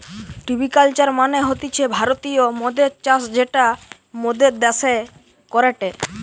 ভিটি culture মানে হতিছে ভারতীয় মদের চাষ যেটা মোরদের দ্যাশে করেটে